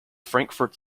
frankfurt